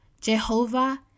Jehovah